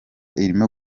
irimo